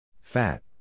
Fat